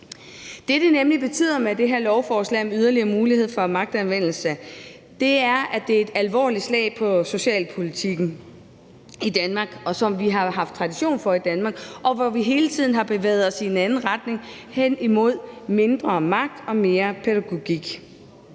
til det, vi har haft tradition for i Danmark, hvor vi hele tiden har bevæget os i en anden retning hen imod mindre magt og mere pædagogik.